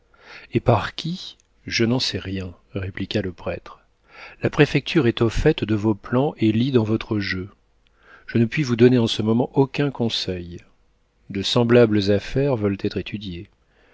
et par qui je n'en sais rien répliqua le prêtre la préfecture est au fait de vos plans et lit dans votre jeu je ne puis vous donner en ce moment aucun conseil de semblables affaires veulent être étudiées